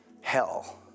hell